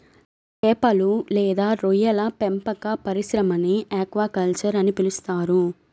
చేపలు లేదా రొయ్యల పెంపక పరిశ్రమని ఆక్వాకల్చర్ అని పిలుస్తారు